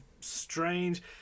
strange